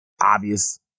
obvious